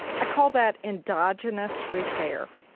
i call that endogenous repair,